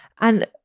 And-